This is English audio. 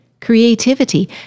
creativity